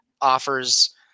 offers